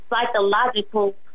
psychological